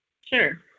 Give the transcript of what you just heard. Sure